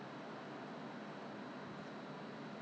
err maybe I don't know I forgot leh